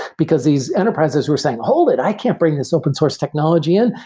because these enterprises were saying, hold it! i can't bring this open-source technology in.